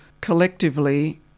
collectively